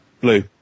blue